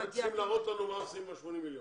הם צריכים להראות לנו מה עושים עם ה-80 מיליון.